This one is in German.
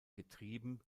getrieben